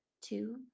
two